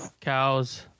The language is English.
cows